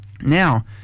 Now